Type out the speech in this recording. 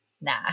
Nah